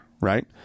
right